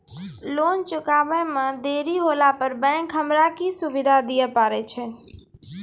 Loan चुकब इ मे देरी होला पर बैंक हमरा की सुविधा दिये पारे छै?